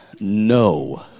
no